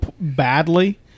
badly